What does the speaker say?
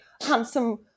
handsome